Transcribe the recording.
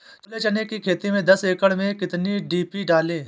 छोले चने की खेती में दस एकड़ में कितनी डी.पी डालें?